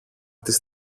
της